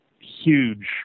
huge